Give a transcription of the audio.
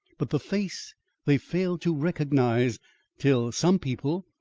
but the face they failed to recognise till some people,